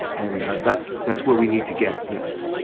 and that's that's where we need to get, yes.